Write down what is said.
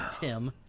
tim